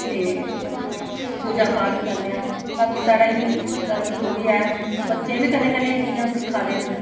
ते पूजा पाठ करन् आं बाकी साढ़ा हिन्दु धर्म जो बी ऐ बच्चे बी कन्ने कन्ने एह् चीजां खिक्खा दे न